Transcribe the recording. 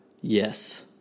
Yes